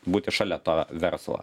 būti šalia to verslo